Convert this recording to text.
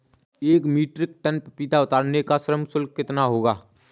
एक metric ton पपीता उतारने का श्रम शुल्क कितना होगा?